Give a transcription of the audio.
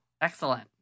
excellent